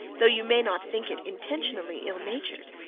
though you may not think it intentionally ill-natured.